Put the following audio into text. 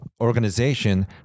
organization